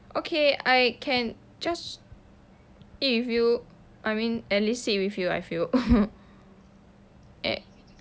okay I can just eat with you I mean at least sit with you I feel